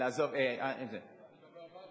לא אמרתי